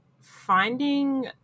finding